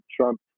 Trump